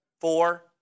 four